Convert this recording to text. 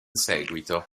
seguito